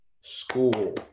school